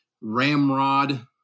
ramrod